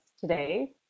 today